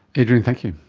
adrian, thank you,